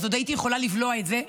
אז עוד הייתי יכולה לבלוע את זה למרות,